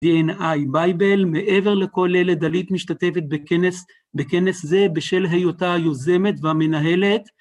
DNA Bible, מעבר לכל אלה דלית משתתפת בכנס זה בשל היותה היוזמת והמנהלת.